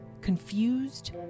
confused